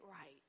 right